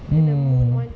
mm